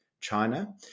China